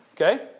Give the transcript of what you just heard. Okay